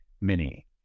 mini